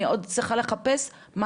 אני עוד צריכה לחפש?